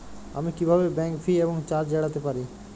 আমি কিভাবে bank fee এবং চার্জ এড়াতে পারি?